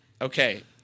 Okay